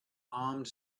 armed